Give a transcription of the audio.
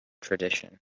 tradition